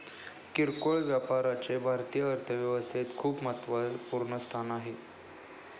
किरकोळ व्यापाराचे भारतीय अर्थव्यवस्थेत खूप महत्वपूर्ण स्थान आहे